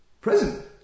present